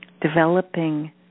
developing